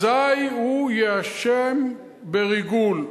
אזי יואשם אשם בריגול.